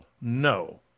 No